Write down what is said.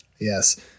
Yes